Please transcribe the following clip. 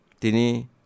dini